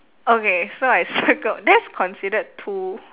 okay so I circled that's considered two